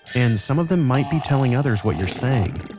and some of them might be telling others what you're saying.